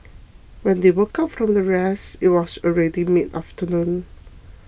when they woke up from their rest it was already mid afternoon